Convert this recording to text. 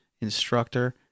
instructor